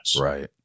right